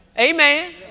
Amen